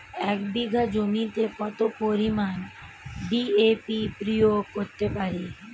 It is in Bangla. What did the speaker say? এক বিঘা জমিতে কত পরিমান ডি.এ.পি প্রয়োগ করতে পারি?